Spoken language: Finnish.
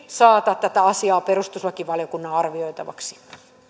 saata tätä asiaa perustuslakivaliokunnan arvioitavaksi